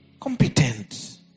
competent